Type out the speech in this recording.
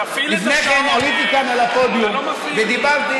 לפני כן עליתי כאן על הפודיום ודיברתי,